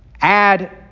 add